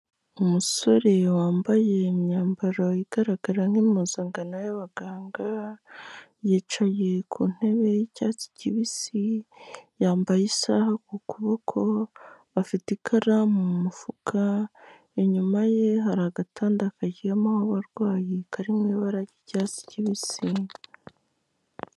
Umusore wambaye imyambaro igaragara nk'impuzankano y'abaganga, yicaye ku ntebe y'icyatsi kibisi, yambaye isaha ku kuboko, afite ikaramu mu mufuka, inyuma ye hari agatanda karyamaho abarwayi kari mu ibara ry'icyatsi kibisi.